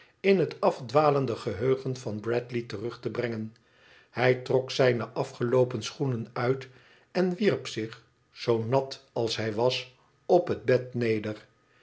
in het afdwalende geheugen van brad ley terug te brengen hij trok zijne afgeloopen schoenen uit en wierp zich zoo nat als hij was op het bed neder